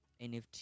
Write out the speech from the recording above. nft